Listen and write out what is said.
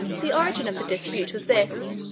the origin of the dispute was this.